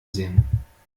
sehen